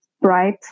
bright